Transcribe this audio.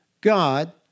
God